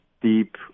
deep